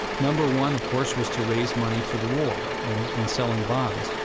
number one, of course, was to raise money for the war and and selling bonds.